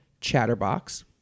Chatterbox